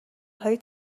های